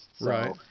Right